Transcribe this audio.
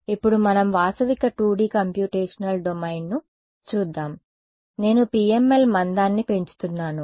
ఇప్పుడు మనం వాస్తవిక 2D కంప్యూటేషనల్ డొమైన్ను చూద్దాం నేను PML మందాన్ని పెంచుతున్నాను